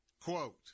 quote